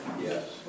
yes